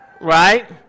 Right